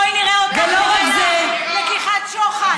בואי נראה אותך מגנה לקיחת שוחד.